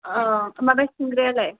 माबा सिंग्रायालाय